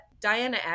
Diana